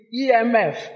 EMF